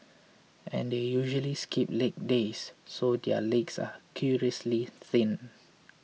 and they usually skip leg days so their legs are curiously thin